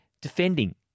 defending